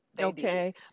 Okay